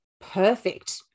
Perfect